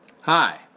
Hi